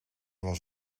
was